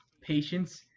patience